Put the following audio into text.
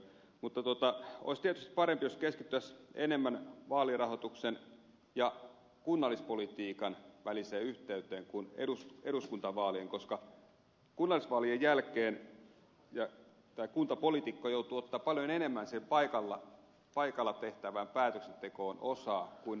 mutta olisi tietysti parempi jos keskityttäisiin enemmän vaalirahoituksen ja kunnallispolitiikan väliseen yhteyteen kuin eduskuntavaaleihin koska kunnallisvaalien jälkeen kuntapoliitikko joutuu ottamaan paljon enemmän siihen paikalla tehtävään päätöksentekoon osaa kuin pelkästään kansanedustaja